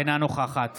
אינה נוכחת